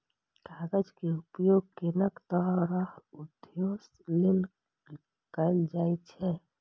कागज के उपयोग अनेक तरहक उद्देश्य लेल कैल जाइ छै